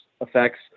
effects